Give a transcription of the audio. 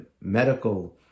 medical